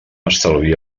estalvia